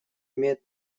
имеет